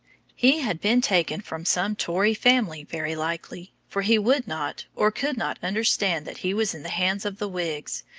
he had been taken from some tory family very likely for he would not or could not understand that he was in the hands of the whigs,